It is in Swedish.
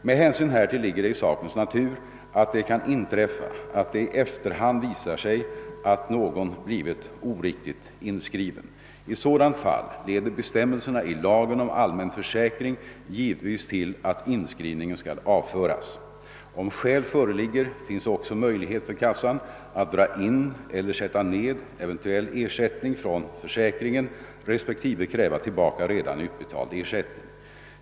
Med hänsyn härtill ligger det i sakens natur att det kan inträffa att det i efterhand visar sig att någon blivit oriktigt inskriven. I sådant fall leder bestämmelserna i lagen om allmän försäkring givetvis till att inskrivningen skall avföras. Om skäl föreligger finns också möjlighet för kassan att dra in eller sätta ned eventuell ersättning från försäkringen respektive kräva tillbaka redan utbetald ersättning.